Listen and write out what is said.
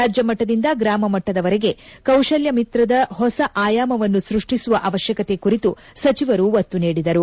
ರಾಜ್ಯ ಮಟ್ಟದಿಂದ ಗ್ರಾಮ ಮಟ್ಟದವರೆಗೆ ಕೌಶಲ ಮಿತ್ರದ ಹೊಸ ಆಯಾಮವನ್ನು ಸೃಷ್ಟಿಸುವ ಅವಶ್ಕತೆ ಕುರಿತು ಸಚಿವರು ಒತ್ತು ನೀಡಿದರು